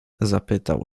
zapytał